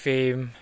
Fame